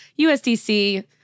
USDC